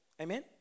Amen